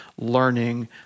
learning